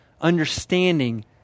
understanding